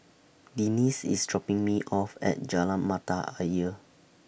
Denis IS dropping Me off At Jalan Mata Ayer